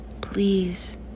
Please